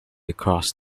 across